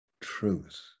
truth